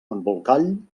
embolcall